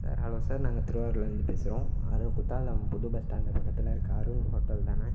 sir hello sir நாங்கள் திருவாரூர்லேந்து பேசுகிறோம் அரு குற்றாலம் புது பஸ் ஸ்டாண்டு பக்கத்தில் இருக்கற அருண் ஹோட்டல் தானே